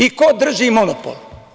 I ko drži monopol?